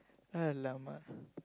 !alamak!